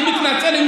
אני מתנצל.